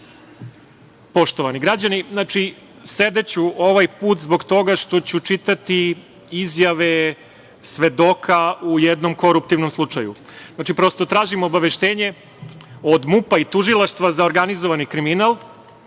poštovani građani, znači sedeću ovaj put zbog toga što ću čitati izjave svedoka u jednom koruptivnom slučaju. Znači, prosto tražim obaveštenje od MUP-a i Tužilaštva za organizovani kriminal